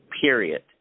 Period